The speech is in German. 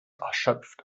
erschöpft